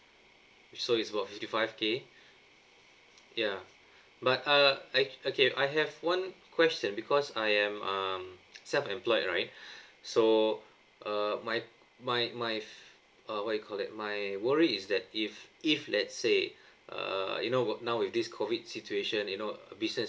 so it's about fifty five K ya but uh I okay I have one question because I am um self employed right so uh my my my fi~ uh what do you call that my worry is that if if let's say uh you know work now with this COVID situation you know uh business